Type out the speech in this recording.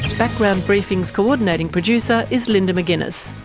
background briefing's co-ordinating producer is linda mcginness,